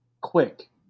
quick